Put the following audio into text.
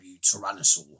tyrannosaur